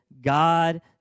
God